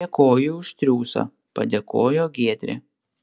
dėkoju už triūsą padėkojo giedrė